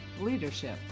leadership